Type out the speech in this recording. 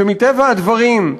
שמטבע הדברים,